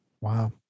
Wow